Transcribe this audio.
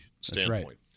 standpoint